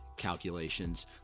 calculations